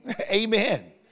Amen